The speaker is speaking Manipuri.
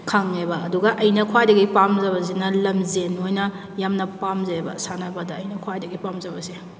ꯈꯪꯉꯦꯕ ꯑꯗꯨꯒ ꯑꯩꯅ ꯈ꯭ꯋꯥꯏꯗꯒꯤ ꯄꯥꯝꯖꯕꯁꯤꯅ ꯂꯝꯖꯦꯟ ꯑꯣꯏꯅ ꯌꯥꯝꯅ ꯄꯥꯝꯖꯩꯌꯦꯕ ꯁꯥꯟꯅꯕꯗ ꯑꯩꯅ ꯈ꯭ꯋꯥꯏꯗꯒꯤ ꯄꯥꯝꯖꯕꯁꯦ